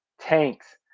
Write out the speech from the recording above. Tanks